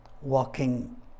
walking